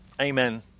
Amen